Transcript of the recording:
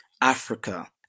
Africa